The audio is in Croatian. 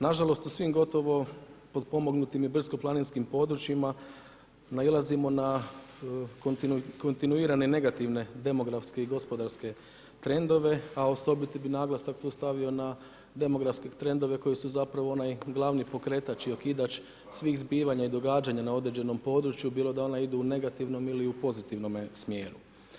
Nažalost u svim gotovo potpomognutim i brdsko-planinskim područjima nailazimo na kontinuirane negativne demografske i gospodarske trendove a osobiti bi naglasak tu stavio na demografske trendove koji su zapravo onaj glavni pokretač i okidač svih zbivanja i događanja na određenom području bilo da ona idu u negativnom ili u pozitivnome smjeru.